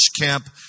Camp